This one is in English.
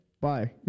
bye